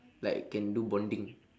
like can do bonding